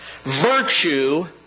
virtue